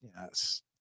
yes